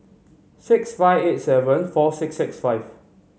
six five eight seven four six six five